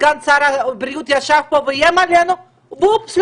סגן שר הבריאות ישב פה ואיים עלינו ואופס,